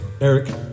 Eric